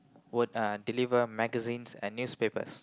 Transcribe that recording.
would uh deliver magazines and newspapers